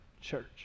church